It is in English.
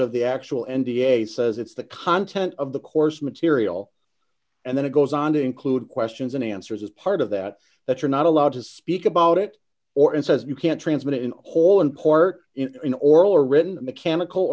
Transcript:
of the actual n d a says it's the content of the course material and then it goes on to include questions and answers as part of that that you're not allowed to speak about it or and says you can't transmit an all in court in oral or written the mechanical